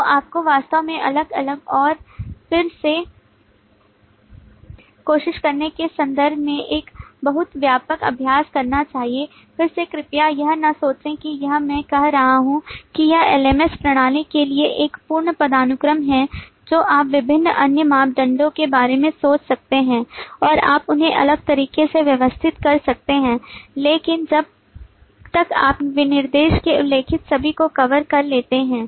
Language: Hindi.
तो आपको वास्तव में अलग अलग और फिर से कोशिश करने के संदर्भ में एक बहुत व्यापक अभ्यास करना चाहिए फिर से कृपया यह न सोचें कि यह मैं कह रहा हूं कि यह LMS प्रणाली के लिए एक पूर्ण पदानुक्रम है जो आप विभिन्न अन्य मापदंडों के बारे में सोच सकते हैं और आप उन्हें अलग तरीके से व्यवस्थित कर सकते हैं लेकिन जब तक आप विनिर्देशन में उल्लिखित सभी को कवर कर लेते हैं